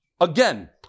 Again